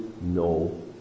no